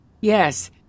Yes